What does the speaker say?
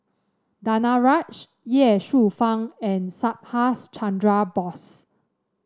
Danaraj Ye Shufang and Subhas Chandra Bose